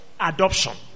adoption